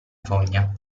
fogna